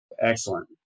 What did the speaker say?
Excellent